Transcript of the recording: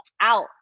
out